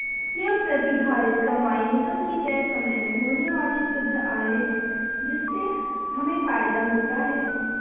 ये प्रतिधारित कमाई निगम की तय समय में होने वाली शुद्ध आय है जिससे हमें फायदा मिलता है